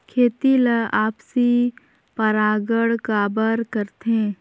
खेती ला आपसी परागण काबर करथे?